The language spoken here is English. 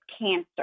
cancer